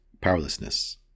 powerlessness